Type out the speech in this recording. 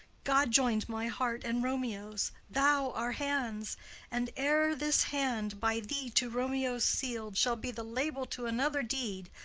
god join'd my heart and romeo's, thou our hands and ere this hand, by thee to romeo's seal'd, shall be the label to another deed,